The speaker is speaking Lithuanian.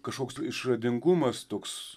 kažkoks išradingumas toks